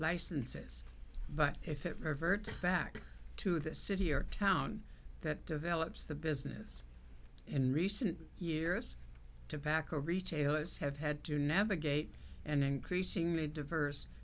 licenses but if it reverts back to the city or town that develops the business in recent years to packer retailers have had to navigate an increasingly diverse